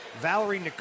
Valerie